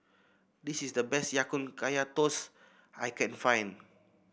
this is the best Ya Kun Kaya Toast I can find